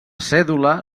cèdula